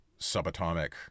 subatomic